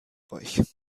euch